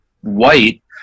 white